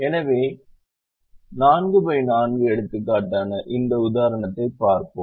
எனவே 44 எடுத்துக்காட்டான இந்த உதாரணத்தைப் பார்ப்போம்